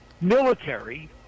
military